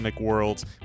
Worlds